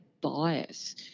bias